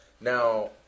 Now